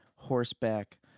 horseback